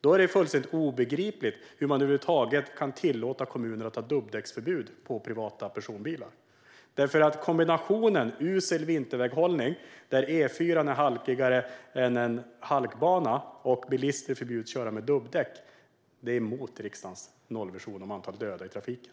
Då är det fullständigt obegripligt att man över huvud taget kan tillåta kommuner att ha dubbdäcksförbud för privata personbilar. Kombinationen av usel vinterväghållning - E4:an är halkigare än en halkbana - och att bilister förbjuds att köra med dubbdäck går emot riksdagens nollvision om antalet döda i trafiken.